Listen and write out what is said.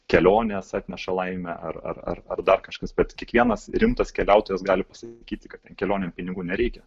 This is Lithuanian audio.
kelionės atneša laimę ar ar ar dar kažkas bet kiekvienas rimtas keliautojas gali pasakyti kad ten kelionėm pinigų nereikia